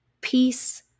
peace